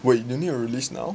wait you need to release now